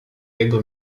jego